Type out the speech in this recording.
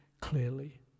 clearly